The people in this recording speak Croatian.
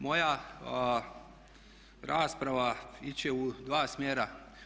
Moja rasprava ići će u dva smjera.